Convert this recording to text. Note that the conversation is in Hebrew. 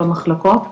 במחלקות,